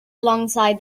alongside